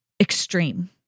Extreme